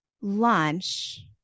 lunch